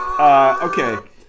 Okay